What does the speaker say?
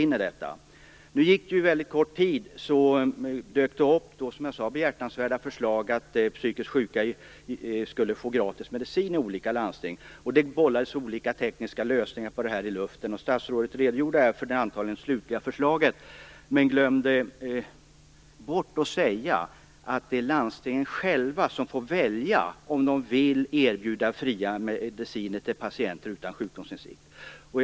Nu tog det väldigt kort tid tills det, som jag sade, dök upp behjärtansvärda förslag om att psykiskt sjuka skulle få gratis medicin i olika landsting. Det bollades med olika tekniska lösningar på detta. Statsrådet redogjorde här för det antagligen slutliga förslaget, men glömde bort att säga att det är landstingen själva som får välja om de vill erbjuda fria mediciner till patienter utan sjukdomsinsikt.